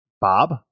Bob